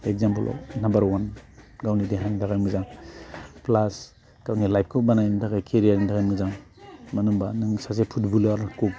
एक्जामपोलाव number one गावनि देहानि थाखाय मोजां प्लास गावनि लाइफखौ बानायनो थाखाय केरियारनि थाखाय मोजां मानो होनब्ला सासे फुटबलारखौ